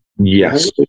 Yes